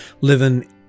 living